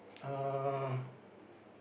uh